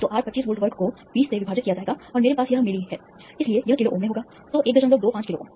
तो R 25 volt वर्ग को 20 से विभाजित किया जाएगा और मेरे पास यह मिली है इसलिए यह किलो ओम में होगा तो 125 किलो ओम